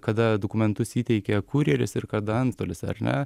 kada dokumentus įteikia kurjeris ir kada antstolis ar ne